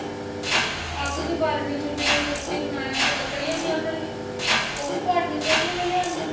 अग्ग बी बालनी चु'ल्ली च रुट्टी बनाने आस्तै लकड़ियां बी आह्ननियां ओह् बी प्हाड़ियां चढ़ी गै लेई आह्नियां